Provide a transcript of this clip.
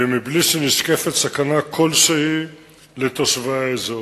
ומבלי שנשקפת סכנה כלשהי לתושבי האזור.